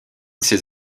ses